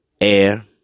air